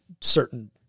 certain